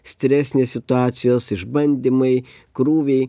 stresinės situacijos išbandymai krūviai